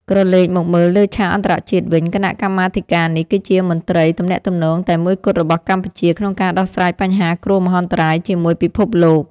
ក្រឡេកមកមើលលើឆាកអន្តរជាតិវិញ គណៈកម្មាធិការនេះគឺជាមន្ត្រីទំនាក់ទំនងតែមួយគត់របស់កម្ពុជា ក្នុងការដោះស្រាយបញ្ហាគ្រោះមហន្តរាយជាមួយពិភពលោក។